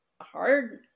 hard